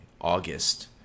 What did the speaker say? August